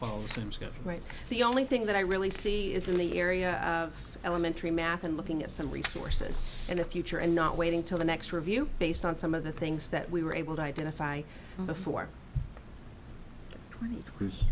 scale right the only thing that i really see is in the area of elementary math and looking at some resources in the future and not waiting till the next review based on some of the things that we were able to identify before